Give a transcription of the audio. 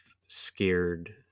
scared